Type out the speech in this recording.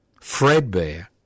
Fredbear